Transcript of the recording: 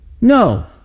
No